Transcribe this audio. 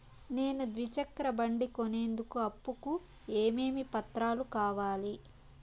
నేను ద్విచక్ర బండి కొనేందుకు అప్పు కు ఏమేమి పత్రాలు కావాలి?